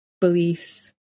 beliefs